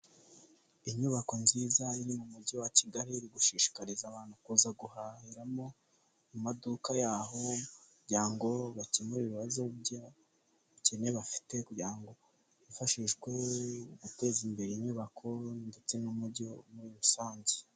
Inyubako nziza iri mu mujyi wa Kigali iri gushishikariza abantu kuza guhahiramo mu maduka y'aho kugira bakemure ibibazo by'ubukene bafite kugira ngo bifashishwe guteza imbere inyubako ndetse n'umujyi muri rusange.